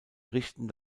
richten